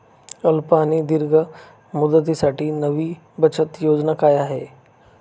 अल्प आणि दीर्घ मुदतीसाठी नवी बचत योजना काय आहे?